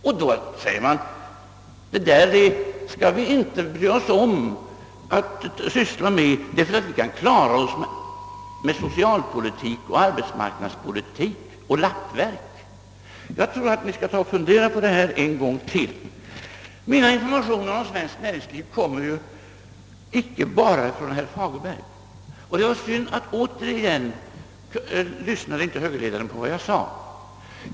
Då säger man: Det där skall vi inte bry oss om att syssla med, ty vi kan klara oss med socialpolitik, arbetsmarknadspolitik och lappverk. Jag tror att man bör fundera på detta en gång till. Mina informationer om svenskt näringsliv kommer icke bara från herr Fagerberg — det var synd att högerledaren återigen inte lyssnade på vad jag sade.